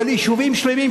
הוא על יישובים שלמים,